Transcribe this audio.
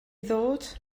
ddod